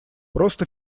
просто